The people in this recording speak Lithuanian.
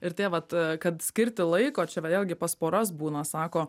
ir tie vat kad skirti laiko čia va vėlgi pas poras būna sako